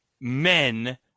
men